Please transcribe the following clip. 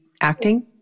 acting